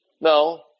No